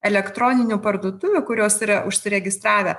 elektroninių parduotuvių kurios yra užsiregistravę